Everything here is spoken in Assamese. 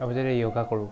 আমি যদি য়োগা কৰোঁ